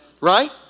Right